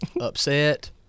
upset